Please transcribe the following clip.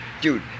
Dude